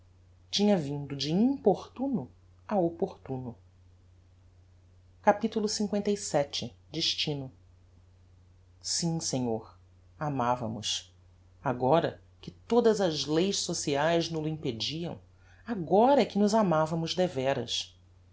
tinha vindo de importuno a opportuno capitulo lvii destino sim senhor amavamos agora que todas as leis sociaes nol-o impediam agora é que nos amavamos devéras